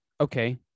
okay